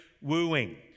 wooing